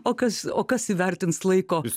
o kas o kas įvertins laiko